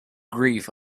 grief